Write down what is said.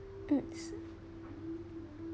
mm